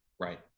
Right